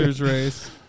race